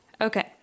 Okay